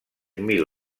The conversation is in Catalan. mil